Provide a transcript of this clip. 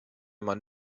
mann